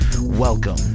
Welcome